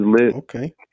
Okay